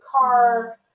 car